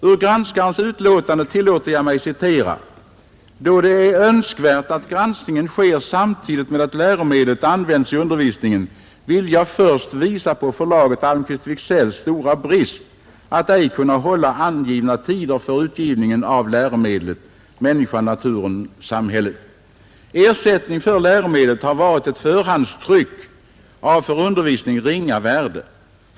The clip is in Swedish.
Ur granskarens utlåtande tillåter jag mig citera: ”Då det är önskvärt att granskningen sker samtidigt med att läromedlet används i undervisningen vill jag först visa på förlaget Almqvist & Wiksells stora brist att ej kunna hålla angivna tider för utgivningen av läromedlet M.N.S. Ersättning för läromedlet har varit ett förhandstryck av för undervisning ringa värde.